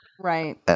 Right